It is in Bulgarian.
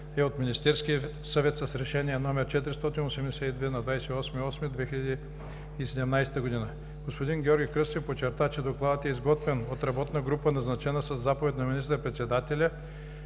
е от Министерския съвет с решение № 482 на 28 август 2017 г. Господин Георги Кръстев подчерта, че Докладът е изготвен от работна група, назначена със заповед на министър-председателя